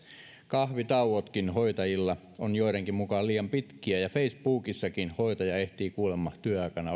kahvitauotkin hoitajilla ovat joidenkin mukaan liian pitkiä ja facebookissakin hoitaja ehtii kuulemma työaikana